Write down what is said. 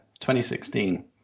2016